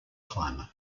climate